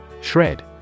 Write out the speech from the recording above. Shred